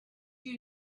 you